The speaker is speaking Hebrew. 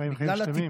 חיים חיים שלמים.